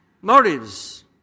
Motives